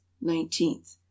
Nineteenth